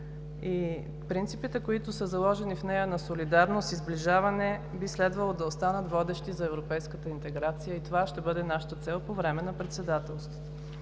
Принципите, които са заложени в нея – на солидарност и сближаване, би следвало да останат водещи за европейската интеграция и това ще бъде нашата цел по време на председателството.